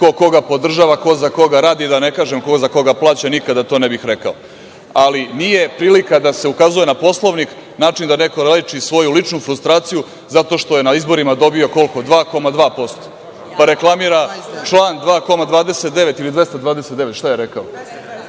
ko koga podržava, ko za koga radi, da ne kažem ko za koga plaća, nikada to ne bih rekao, ali, nije prilika da se ukazuje na Poslovnik način da neko leči svoju ličnu frustraciju zato što je na izborima dobio 2,2%, pa reklamira član 2,29 ili 229, šta je rekao?